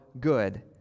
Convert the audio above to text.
good